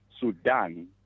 Sudan